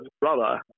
brother